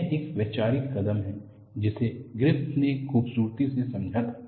यह एक वैचारिक कदम है जिसे ग्रिफ़िथ ने खूबसूरती से समझा था